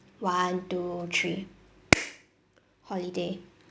one two three holiday